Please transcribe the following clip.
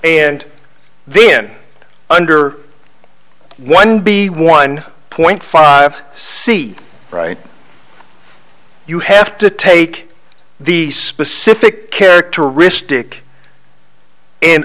and then under one b one point five c right you have to take the specific characteristic and